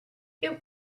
this